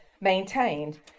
maintained